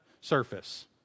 surface